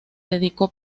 dedicó